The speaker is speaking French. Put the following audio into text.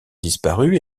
disparues